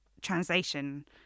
translation